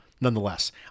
nonetheless